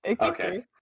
Okay